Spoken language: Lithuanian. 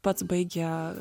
pats baigė